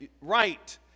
right